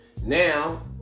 Now